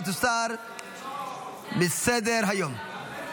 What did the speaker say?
ותוסר מסדר-היום.